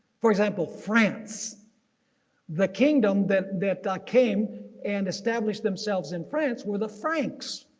for example, france the kingdom that that came and established themselves in france were the francs.